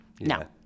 No